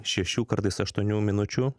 šešių kartais aštuonių minučių